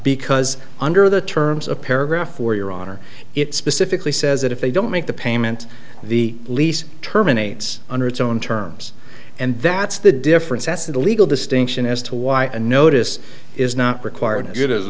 because under the terms of paragraph or your honor it specifically says that if they don't make the payment the lease terminates under its own terms and that's the difference that's the legal distinction as to why and notice is not required